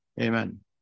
Amen